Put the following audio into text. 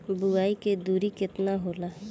बुआई के दूरी केतना होला?